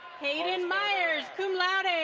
hayden myers, cum laude.